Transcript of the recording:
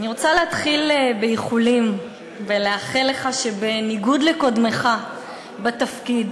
אני רוצה להתחיל באיחולים ולאחל לך שבניגוד לקודמך בתפקיד